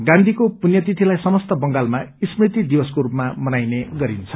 गान्धीको पुण्यश्तिथिलाई समस्त बंगालमा स्मृति दिवसा को रूपामा मनाइने गरिन्छ